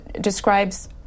describes